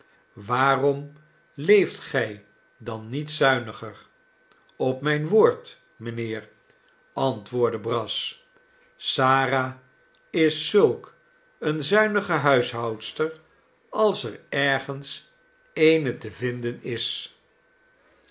waarom leeft gij dan niet zuiniger op mijn woord mijnheer antwoordde brass sara is zulk eene zuinige huishoudster als er ergens eene te vinden is